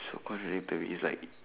so contradicting is like